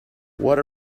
what